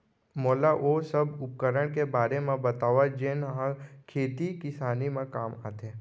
मोला ओ सब उपकरण के बारे म बतावव जेन ह खेती किसानी म काम आथे?